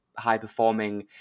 high-performing